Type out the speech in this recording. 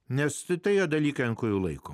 nes tatai dalykai ant kurio laiko